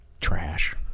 Trash